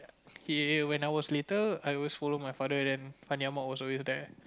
he when I was little I always follow my father then Fandi-Ahmad was always there